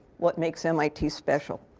what makes mit special.